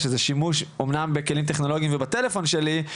שזה שימוש אמנם בכלים טכנולוגיים ובטלפון הנייד שלי,